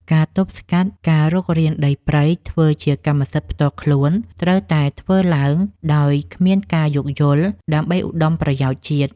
ការទប់ស្កាត់ការរុករានដីព្រៃធ្វើជាកម្មសិទ្ធិផ្ទាល់ខ្លួនត្រូវតែធ្វើឡើងដោយគ្មានការយោគយល់ដើម្បីឧត្តមប្រយោជន៍ជាតិ។